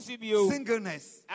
singleness